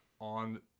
on